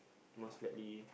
most likely